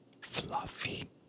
fluffy